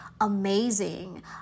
amazing